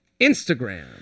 Instagram